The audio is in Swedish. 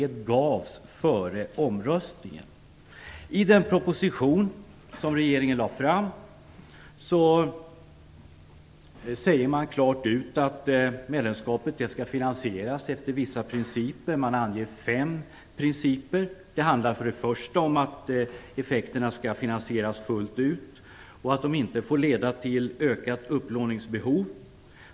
I den proposition som regeringen lade fram sade man klart att medlemskapet skall finansieras enligt vissa principer. Man angav fem principer. För det första handlar det om att effekterna skall finansieras fullt ut och att de inte får leda till ett ökat upplåningsbehov.